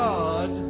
God